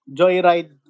joyride